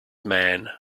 man